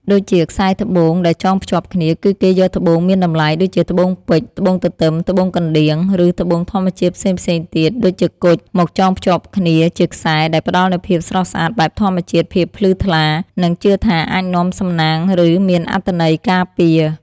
ដូចជា ខ្សែត្បូងដែលចងភ្ជាប់គ្នា គឺគេយកត្បូងមានតម្លៃ (ដូចជាត្បូងពេជ្រ ត្បូងទទឹម ត្បូងកណ្ដៀង) ឬត្បូងធម្មជាតិផ្សេងៗទៀត (ដូចជាគុជ) មកចងភ្ជាប់គ្នាជាខ្សែ ដែលផ្តល់នូវភាពស្រស់ស្អាតបែបធម្មជាតិ ភាពភ្លឺថ្លា និងជឿថាអាចនាំសំណាង ឬមានអត្ថន័យការពារ។